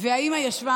האימא ישבה